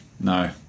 No